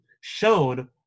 shown